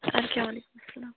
اَدٕ کیٛاہ وعلیکُم سلام